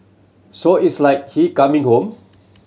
so it's like he coming home